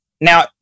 Now